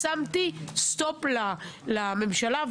שמתי סטופ לממשלה,